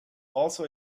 also